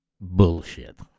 Bullshit